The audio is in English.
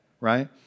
right